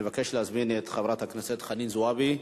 אני מבקש להזמין את חברת הכנסת חנין זועבי.